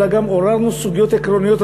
אלא גם הורדנו סוגיות עקרוניות,